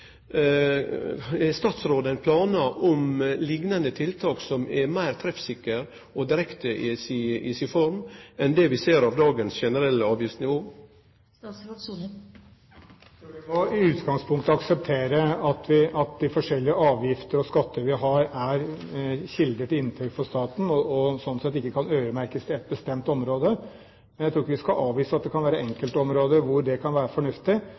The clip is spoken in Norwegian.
Har statsråden planar om liknande tiltak som er meir treffsikre og direkte i si form enn det vi ser av dagens generelle avgiftsnivå? Jeg tror vi i utgangspunktet må akseptere at de forskjellige avgifter og skatter vi har, er kilder til inntekt for staten og sånn sett ikke kan øremerkes til et bestemt område. Men jeg tror ikke vi skal avvise at det kan være enkeltområder hvor det kan være fornuftig,